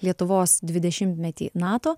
lietuvos dvidešimtmetį nato